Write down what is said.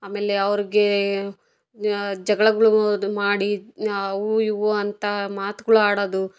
ಆಮೇಲೆ ಅವ್ರಿಗೆ ಜಗಳಗ್ಳು ಅದು ಮಾಡಿ ಅವು ಇವು ಅಂತ ಮಾತ್ಗಳು ಆಡೋದು